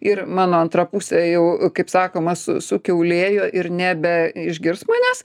ir mano antra pusė jau kaip sakoma su sukiaulėjo ir nebeišgirs manęs